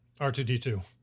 R2D2